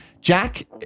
Jack